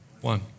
One